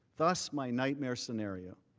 thus my nightmare scenario.